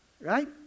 right